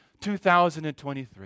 2023